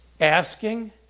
asking